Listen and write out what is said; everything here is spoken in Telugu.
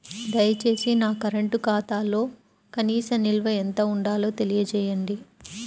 దయచేసి నా కరెంటు ఖాతాలో కనీస నిల్వ ఎంత ఉండాలో తెలియజేయండి